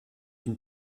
une